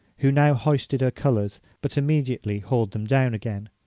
who now hoisted her colours, but immediately hauled them down again.